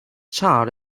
child